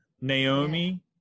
Naomi